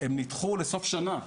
הן נדחו לסוף השנה,